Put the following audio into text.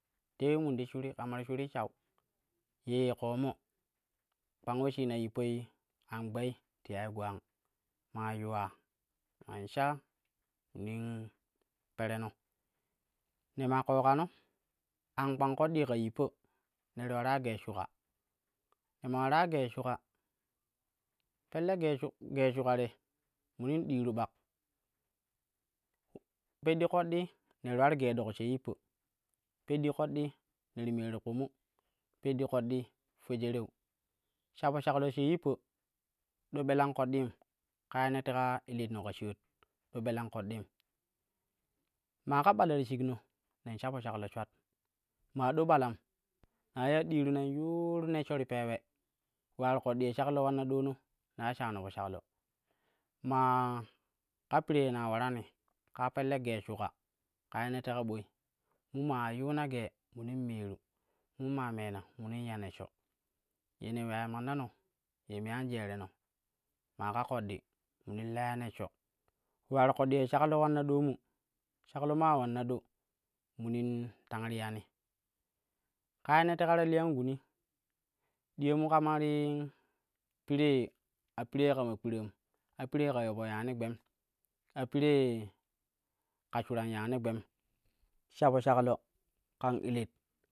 Te ule min ti shuri, kama ti shurii shau yee koomo, kpang uleshina yippa an gbei t yai gwang, maa yuula no an kpang ƙoɗɗii ka yippa ne ti ularai gee shuƙa, ne maa warai gee shuƙa pelle gee, gee shuƙa te munnin diiru ɓak peddi ƙoɗɗi ne ti ular gee ɗok she yippn. Peɗdi ƙoɗɗii ne ti meeru kpumu, peddi ƙoɗɗii fejereu. Sha po shaklo she yippa do ɓelan ƙoɗɗiim ƙa ye ne teka illit no ka shaa do ɓelan ƙoɗɗiim, maa ƙa ɓala ti shikno, nen sha po shaklo shwat maa ɗo ɓalam na iya ɗiiru nen yuur nishsho ti peewe ule ular ƙoɗɗi ye shaklo ulanna ɗonno ne ula shano po shaklo. Maa ka piree na warani kaa pelle gee shuƙa ka ye ne teka ɓoi mun maa ma yuna gee minin meenu mun maa meena munin ya neshsho, ye ne weyai mannano ye me an jereno maa ka ƙoɗɗi munin la ya neshsho ule ular ƙoɗɗi shaklo ulanna doomu, shaklo maa ulanna ɗo munin tang riyani. Ƙa ye ne teka ta liyan guni diyamu kama ta piree a piree kama kpiraam a piree ka ule po yaani gbem, a piree ka shuran yaani gbem sha po shaklo kan illit.